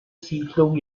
siedlung